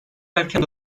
erken